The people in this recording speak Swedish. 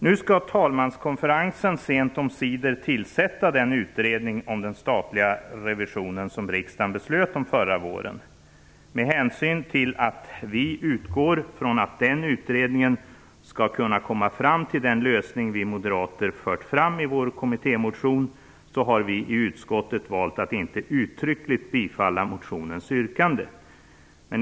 Nu skall talmanskonferensen sent omsider tillsätta den utredning om den statliga revisionen som riksdagen beslöt om förra våren. Med hänsyn till att vi utgår från att den utredningen skall kunna komma fram till den lösning som vi moderater fört fram i vår kommittémotion, har vi i utskottet valt att inte uttryckligt biträda motionens yrkande.